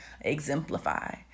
exemplify